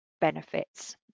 benefits